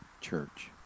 church